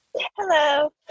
Hello